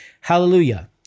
Hallelujah